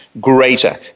greater